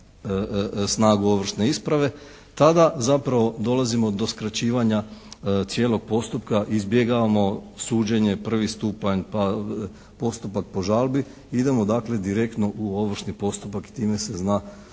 snagu ovršne isprave tada zapravo dolazimo do skraćivanja cijelog postupka, izbjegavamo suđenje prvi stupanj pa postupak po žalbi. Idemo dakle direktno u ovršni postupak. Time se zna